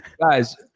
Guys